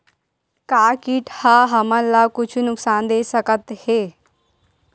का कीट ह हमन ला कुछु नुकसान दे सकत हे?